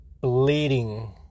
bleeding